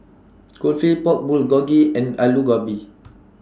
Kulfi Pork Bulgogi and Alu Gobi